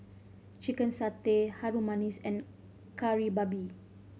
chicken satay Harum Manis and Kari Babi